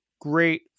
great